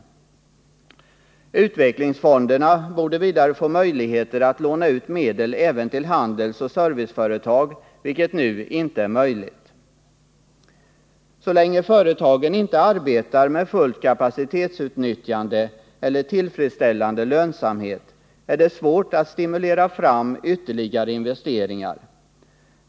Utvecklingsfonderna borde vidare få möjligheter att låna ut medel även till handelsoch serviceföretag, vilket nu inte är möjligt. Så länge företagen inte arbetar med fullt kapacitetsutnyttjande eller tillfredsställande lönsamhet är det svårt att stimulera fram ytterligare investeringar.